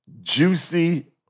Juicy